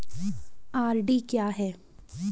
RD क्या है?